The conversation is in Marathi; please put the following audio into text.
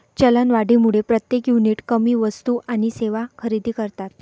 चलनवाढीमुळे प्रत्येक युनिट कमी वस्तू आणि सेवा खरेदी करतात